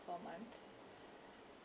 for a month